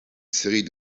série